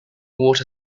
water